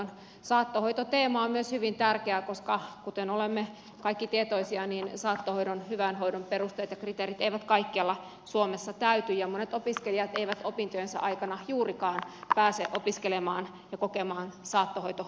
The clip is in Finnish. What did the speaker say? myös saattohoitoteema on hyvin tärkeä koska kuten olemme kaikki tietoisia saattohoidon hyvän hoidon perusteet ja kriteerit eivät kaikkialla suomessa täyty ja monet opiskelijat eivät opintojensa aikana juurikaan pääse opiskelemaan ja kokemaan saattohoito opintokokonaisuutta